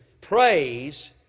Praise